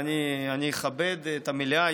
אני אכבד את המליאה.